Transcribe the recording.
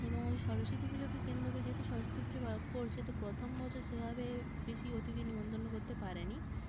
এবং ওই সরস্বতী পুজোকে কেন্দ্র করে যেহেতু সরস্বতী পুজো বাবা করছে তো প্রথম বছর সেভাবে বেশি অতিথি নেমন্তন্ন করতে পারে নি